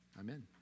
Amen